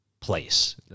place